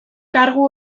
kargu